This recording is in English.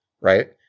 right